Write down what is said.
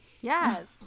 yes